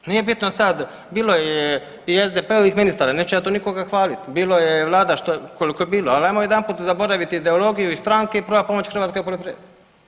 Nije bitno sad, bilo je i SDP-ovih ministara neću ja tu nikoga hvaliti, bilo je i vlada koliko je bilo ali ajmo jedanput zaboraviti ideologiju i stranke i probat pomoć hrvatskoj poljoprivredi.